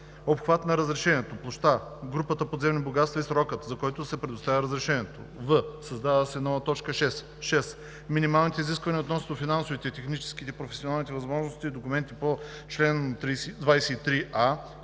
обхват на разрешението – площта, групата подземни богатства и срока, за който се предоставя разрешението;“ в) създава се нова т. 6: „6. минималните изисквания относно финансовите, техническите и професионалните възможности и документите по чл. 23а,